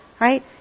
right